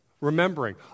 Remembering